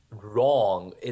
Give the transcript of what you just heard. wrong